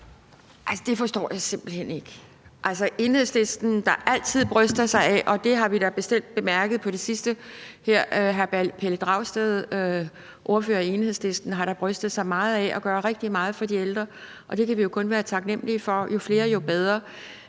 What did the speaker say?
Altså, det forstår jeg simpelt hen ikke fra Enhedslisten, der altid bryster sig af – det har vi da bestemt bemærket på det sidste – og hr. Pelle Dragsted, ordfører for Enhedslisten, der da har brystet sig meget af at gøre rigtig meget for de ældre. Og det kan vi jo kun være taknemlige for – jo flere, jo bedre.